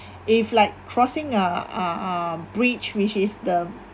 if like crossing a a a bridge which is the